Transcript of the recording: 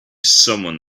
someone